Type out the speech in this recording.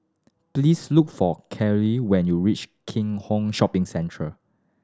please look for Katelyn when you reach Keat Hong Shopping Centre